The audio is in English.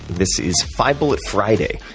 this is five bullet friday.